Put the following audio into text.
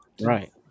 Right